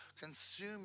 consume